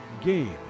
game